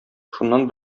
шуннан